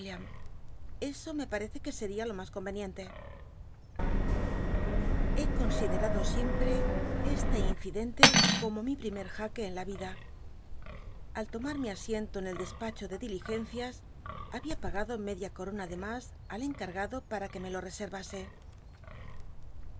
eso me parece que seria lo mas comcnienlc he considerado siempre este inciden te como mi primer jaque en la vida al lomar mi asiento en el despacho de diligencias habia pagado media corogado para r uc me lo rcse